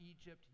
Egypt